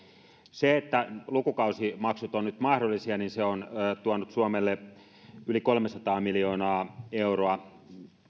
se että lukukausimaksut ovat nyt mahdollisia on tuonut suomelle yli kolmesataa miljoonaa euroa